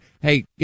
Hey